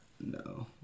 No